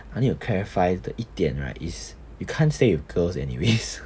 I need to clarify the 一点 right is you can't stay with girls anyways